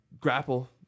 grapple